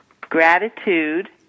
Gratitude